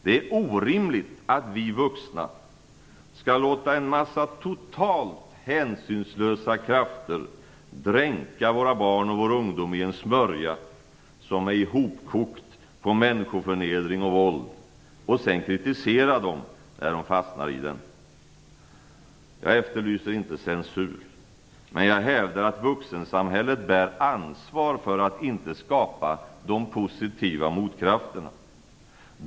Det är orimligt att vi vuxna skall låta en massa totalt hänsynslösa krafter dränka våra barn och ungdomar i en smörja som är hopkokt av människoförnedring och våld, och sedan kritisera dem när de fastnar i den. Jag efterlyser inte censur, men jag hävdar att vuxensamhället bär ansvar för att inte skapa de positiva motkrafterna.